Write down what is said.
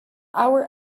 our